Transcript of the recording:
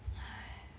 !hais!